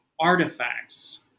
artifacts